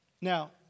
Now